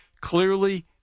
clearly